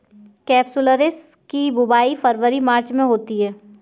capsularis की बुवाई फरवरी मार्च में होती है